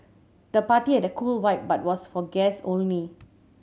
the party had a cool vibe but was for guests only